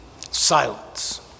silence